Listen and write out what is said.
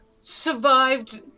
survived